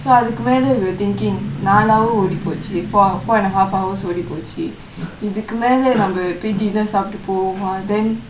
அதுக்கு மேல:athuku mela we were thinkingk நாலு:naalu hour ஓடிப்போச்சு:odipochu four hou~ four and a half hours ஓடிப்போச்சு இதுக்கு மேல நம்ம பேயிட்டு இன்னொ சாப்பட்டு போவோமா:odipochu ithukku mela namma peiyttu inno saaptu povomaa then